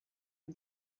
hem